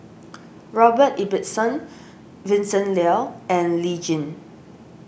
Robert Ibbetson Vincent Leow and Lee Tjin